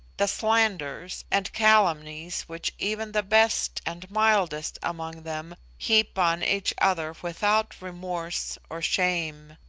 the slanders, and calumnies which even the best and mildest among them heap on each other without remorse or shame.